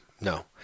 No